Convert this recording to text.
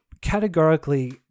categorically